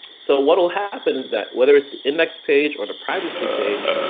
so what will happen is that whether it's the index page or the privacy page,